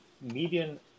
median